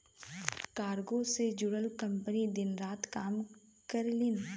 cargo से जुड़ल company दिन रात काम करलीन